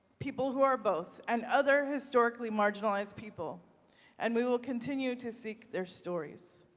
people who are both, and other historically marginalized people and we will continue to seek their stories.